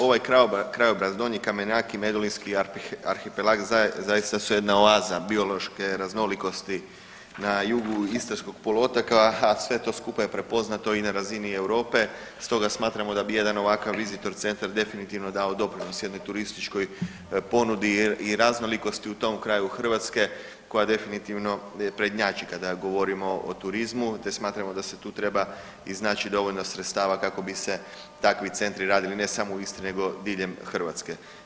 Ovaj krajobraz Donji Kamenjak i Medulinski arhipelag zaista su jedna oaza biološke raznolikosti na jugu Istarskog poluotoka, a sve to skupa je prepoznato i na razini Europe stoga smatramo da bi jedan vizitor centar definitivno dao doprinos jednoj turističkoj ponudi i raznolikosti u tom kraju Hrvatske koja definitivno prednjači kada govorimo o turizmu te smatramo da se tu treba iznaći dovoljno sredstava kako bi se takvi centri radili ne samo u Istri nego diljem Hrvatske.